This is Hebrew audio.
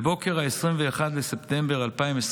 בבוקר 21 בספטמבר 2021,